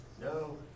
No